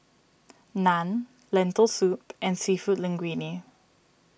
Naan Lentil Soup and Seafood Linguine